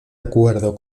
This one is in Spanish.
acuerdo